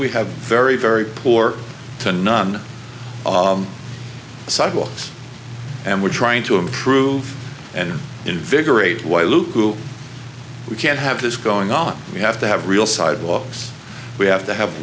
we have very very poor to non sidewalks and we're trying to improve and invigorate why lou we can't have this going on we have to have real sidewalks we have to have